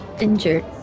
Injured